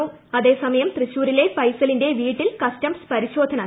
് അതേസമയം തൃശൂരിലെ ഫൈസലിന്റെ വീട്ടിൽ കസ്റ്റംസ് പരിശോധന നടത്തി